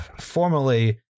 formerly